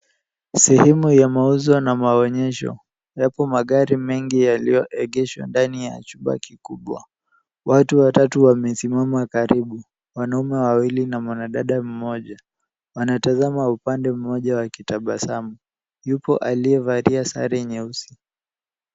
Sehemu ya mauzo na maonyesho, yapo magari mengi yaliyoegeshwa ndani ya chumba kikubwa. Watu watatu wamesimama karibu, wanaume wawili na mwanadada mmoja. Anatazama upande mmoja wakitabasamu, yupo aliyevalia sare nyeusi.